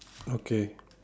okay